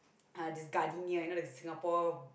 uh the Gardenia you know the Singapore